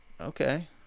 okay